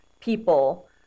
people